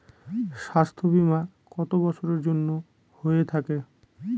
স্বাস্থ্যবীমা কত বছরের জন্য হয়ে থাকে?